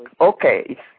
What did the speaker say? Okay